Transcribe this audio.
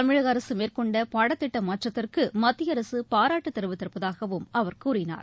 தமிழகஅரசுமேற்கொண்டபாடத்திட்டமாற்றத்திற்குமத்தியஅரசுபாராட்டுத் தெரிவித்திருப்பதாகவும் அவர் கூறினார்